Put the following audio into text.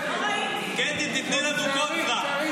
קטי, תיתני לנו קונטרה.